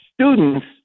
students